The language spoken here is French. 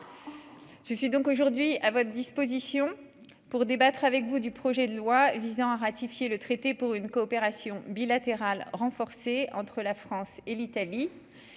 je suis donc aujourd'hui à votre disposition pour débattre avec vous, du projet de loi visant à ratifier le traité pour une coopération bilatérale renforcée entre la France et l'Italie